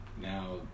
Now